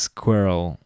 Squirrel